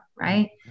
right